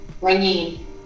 bringing